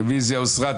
הרוויזיה הוסרה.